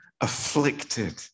afflicted